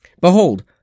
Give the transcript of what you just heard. Behold